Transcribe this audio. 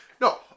no